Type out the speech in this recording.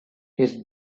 his